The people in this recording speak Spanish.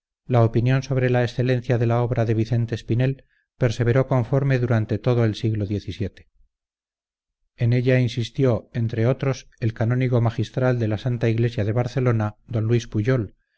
la opinión sobre las excelencia de la obra de vicente espinel perseveró conforme durante todo el siglo xvii en ella insistió entre otros el canónigo magistral de la santa iglesia